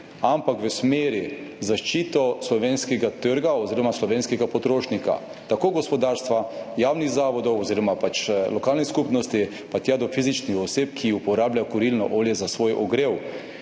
ampak v smeri zaščite slovenskega trga oziroma slovenskega potrošnika, tako gospodarstva, javnih zavodov oziroma pač lokalnih skupnosti, pa tja do fizičnih oseb, ki uporabljajo kurilno olje za svoje ogrevanje.